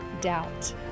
doubt